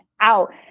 out